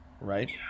right